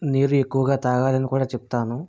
నీరు ఎక్కువగా తాగాలని కూడా చెప్తాను